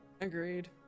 Agreed